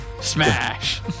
Smash